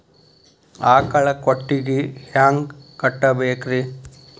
ಆಕಳ ಕೊಟ್ಟಿಗಿ ಹ್ಯಾಂಗ್ ಕಟ್ಟಬೇಕ್ರಿ?